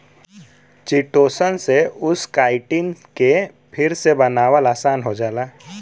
chitosan से उस chitin के फिर से बनावल आसान हो जाला